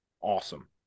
Awesome